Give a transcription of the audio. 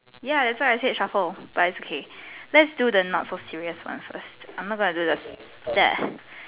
ya that's why I said shuffle but it's okay let's do the not so serious one first I'm not gonna do the